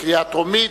קריאה טרומית,